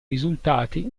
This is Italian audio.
risultati